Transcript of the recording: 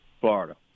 Florida